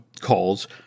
Call's